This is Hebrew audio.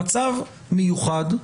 במצב מיוחד,